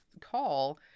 call